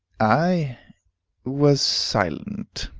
i was silent.